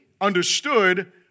understood